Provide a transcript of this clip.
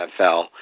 NFL